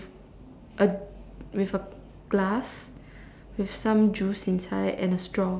a with a glass with some juice inside and a straw